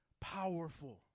powerful